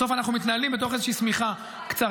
בסוף אנחנו מתנהלים בתוך איזושהי שמיכה קצרה.